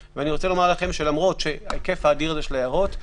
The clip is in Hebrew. למרות הכמות האדירה של ההערות,